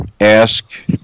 Ask